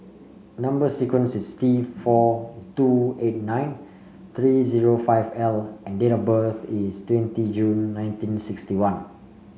number sequence is T four two eight nine three zero five L and date of birth is twenty June nineteen sixty one